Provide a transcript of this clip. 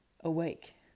Awake